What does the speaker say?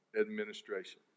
administration